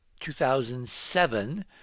2007